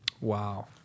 Wow